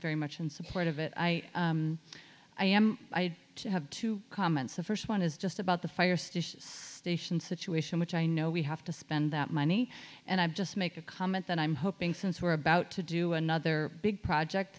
very much in support of it i i am i have two comments the first one is just about the firestick station situation which i know we have to spend that money and i'm just make a comment that i'm hoping since we're about to do another big project